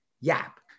yap